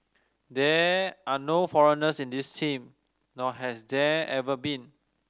there are no foreigners in this team nor has there ever been